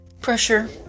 Pressure